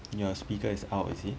your speaker is out is he